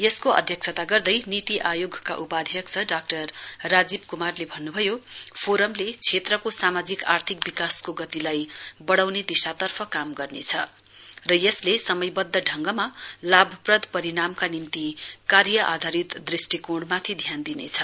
यसको अध्यक्षता गर्दै नीति आयोगका उपाध्यक्ष डाक्टर राजीव कुमारले भन्नुभयो फोरमले क्षेत्रको सामाजिक आर्थिक विकासको गतिलाई बडाउने दिशातर्फ काम गर्नेछ र यसले समयवद्व ढङ्गमा लाभप्रद परिणामका निम्ति कार्य आधारित दृष्टिकोणमाथि ध्यान दिनेछ